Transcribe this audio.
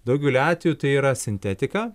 daugeliu atvejų tai yra sintetika